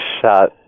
shot